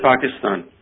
Pakistan